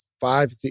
Five